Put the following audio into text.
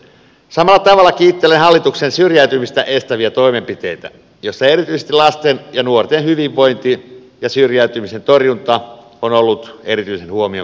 samalla tavalla kiittelen hallituksen syrjäytymistä estäviä toimenpiteitä joissa erityisesti lasten ja nuorten hyvinvointi ja syrjäytymisen torjunta on ollut erityisen huomion kohteena